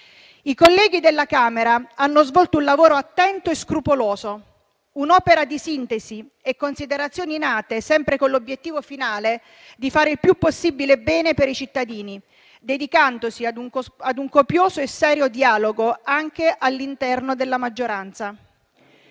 I colleghi della Camera hanno svolto un lavoro attento e scrupoloso, un'opera di sintesi e considerazioni nate sempre con l'obiettivo finale di fare il più possibile il bene dei cittadini, dedicandosi a un copioso e serio dialogo anche all'interno della maggioranza.